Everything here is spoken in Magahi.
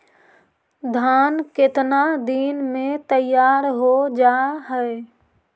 धान केतना दिन में तैयार हो जाय है?